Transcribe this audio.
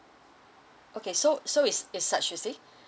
okay so so it's it's such you see